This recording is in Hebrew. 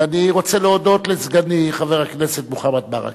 ואני רוצה להודות לסגני חבר הכנסת מוחמד ברכה,